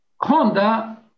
Honda